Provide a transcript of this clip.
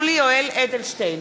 (קוראת בשמות חברי הכנסת) יולי יואל אדלשטיין,